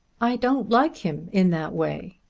i don't like him in that way.